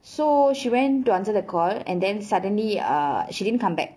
so she went to answer the call and then suddenly uh she didn't come back